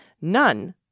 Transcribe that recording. none